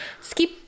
skip